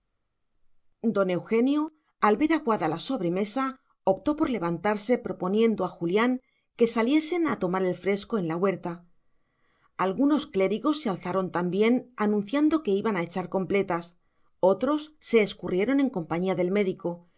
don eugenio al ver aguada la sobremesa optó por levantarse proponiendo a julián que saliesen a tomar el fresco en la huerta algunos clérigos se alzaron también anunciando que iban a echar completas otros se escurrieron en compañía del médico el